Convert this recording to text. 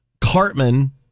Cartman